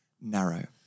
narrow